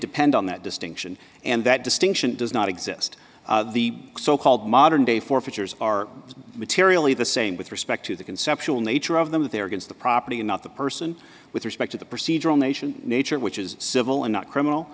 depend on that distinction and that distinction does not exist the so called modern day forfeitures are materially the same with respect to the conceptual nature of them that they are against the property and not the person with respect to the procedural nation nature which is civil and not criminal